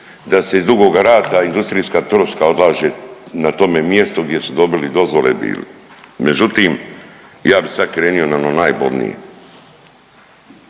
da se iz Dugoga Rata industrijska troska odlaže na tome mjestu gdje su dobili dozvole bili. Međutim, ja bih sad krenuo na ono najbolnije.